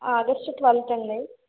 August twelfth అండీ